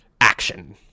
action